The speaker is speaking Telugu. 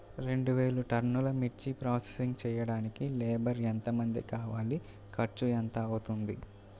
రెండు వేలు టన్నుల మిర్చి ప్రోసెసింగ్ చేయడానికి లేబర్ ఎంతమంది కావాలి, ఖర్చు ఎంత అవుతుంది?